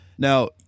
Now